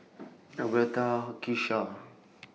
Albertha Kisha